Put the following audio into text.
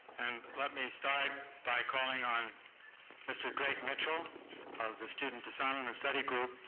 and let me start by calling on mr. greg mitchell of the student disarmament study group,